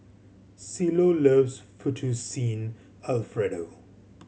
Cielo loves Fettuccine Alfredo